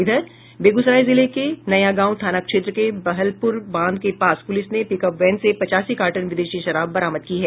इधर बेगूसराय जिले के नयागांव थाना क्षेत्र के बलहपुर बांध के पास पूलिस ने पिकअप वैन से पचासी कार्टन विदेशी शराब बरामद की है